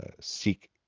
seek